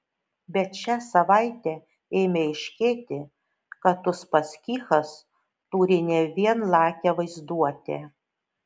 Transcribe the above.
bet šią savaitę ėmė aiškėti kad uspaskichas turi ne vien lakią vaizduotę